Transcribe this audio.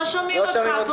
לא שומעים אותך פה,